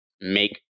make